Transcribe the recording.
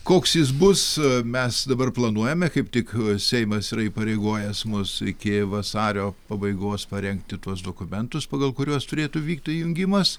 koks jis bus mes dabar planuojame kaip tik seimas yra įpareigojęs mus iki vasario pabaigos parengti tuos dokumentus pagal kuriuos turėtų vykti jungimas